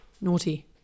naughty